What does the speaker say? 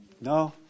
No